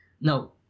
No